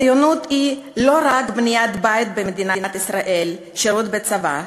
ציונות היא לא רק בניית בית במדינת ישראל ושירות בצבא,